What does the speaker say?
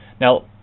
Now